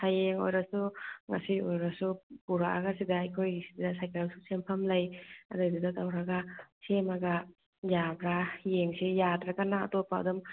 ꯍꯌꯦꯡ ꯑꯣꯏꯔꯁꯨ ꯉꯁꯤ ꯑꯣꯏꯔꯁꯨ ꯄꯨꯔꯛꯑꯒ ꯁꯤꯗ ꯑꯩꯈꯣꯏꯒꯤ ꯁꯤꯗ ꯁꯥꯏꯀꯜꯁꯨ ꯁꯦꯝꯐꯝ ꯂꯩ ꯑꯗꯨꯗꯨꯒ ꯇꯧꯔꯒ ꯁꯦꯝꯃꯒ ꯌꯥꯕ꯭ꯔꯥ ꯌꯦꯡꯁꯤ ꯌꯥꯗ꯭ꯔꯥꯒꯅ ꯑꯇꯣꯞꯄ ꯑꯗꯨꯝ